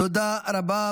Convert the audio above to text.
תודה רבה.